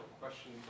question